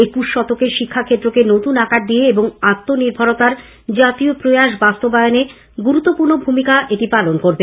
একুশ শতকে শিক্ষাক্ষেত্রকে নতুন আকার দিয়ে এবং আত্মনির্ভরতার জাতীয় প্রয়াস বাস্তবায়নেও এটি গুরুত্বপূর্ণ ভূমিকা পালন করবে